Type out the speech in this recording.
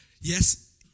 yes